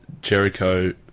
Jericho